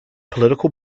political